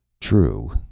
True